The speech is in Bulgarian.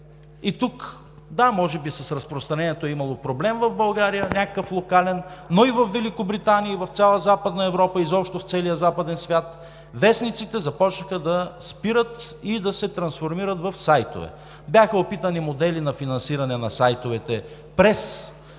Да, може би с разпространението е имало някакъв локален проблем в България, но и във Великобритания и в цяла Западна Европа, изобщо в целия западен свят вестниците започнаха да спират и да се трансформират в сайтове. Бяха опитани модели на финансиране на сайтовете през финансирането